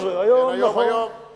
היום, נכון.